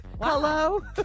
Hello